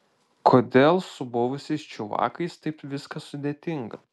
kodėl su buvusiais čiuvakais taip viskas sudėtinga